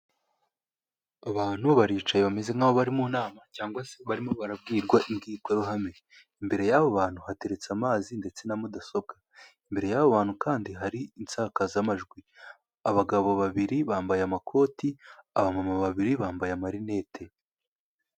Abantu baricaye bameze nk'abo bari mu nama cyangwa barimo barabwirwa inkikoruhame. Imbere y'abo bantu hateretse amazi ndetse na mudasobwa. Imbere y'abo bantu kandi hari insakazamajwi. Abagabo babiri bambaye amakoti, aba mama babiri bambaye amarinete.